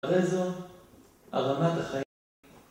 הרזון, הרמת החיים